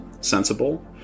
Sensible